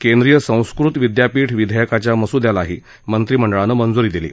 केंद्रीय संस्कृत विद्यापीठ विधेयकाच्या मसूद्यालाही मंत्रिमंडळानं मंजूरी दिली